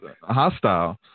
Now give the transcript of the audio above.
hostile